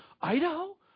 Idaho